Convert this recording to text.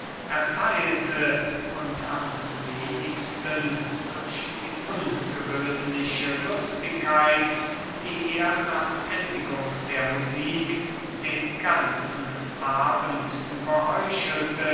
ertheilte und am wenigsten durch die ungewöhnliche lustigkeit die er nach endigung der musik den ganzen abend über